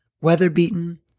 weather-beaten